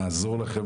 נעזור לכם,